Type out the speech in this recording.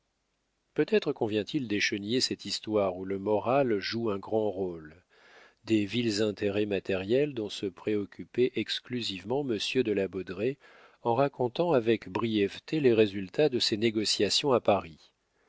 peut-être convient-il d'écheniller cette histoire où le moral joue un grand rôle des vils intérêts matériels dont se préoccupait exclusivement monsieur de la baudraye en racontant avec brièveté les résultats de ses négociations à paris